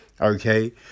Okay